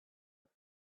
off